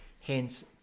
hence